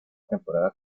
temporada